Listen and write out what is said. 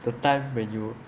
the time when you